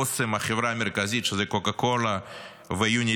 אסם, החברה המרכזית שזה קוקה קולה ויוניליוור,